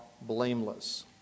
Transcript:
blameless